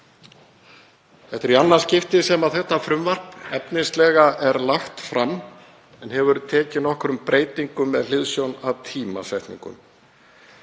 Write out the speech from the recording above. Þetta er í annað skipti sem þetta frumvarp efnislega er lagt fram, hefur tekið nokkrum breytingum með hliðsjón af tímasetningum.